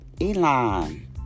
Elon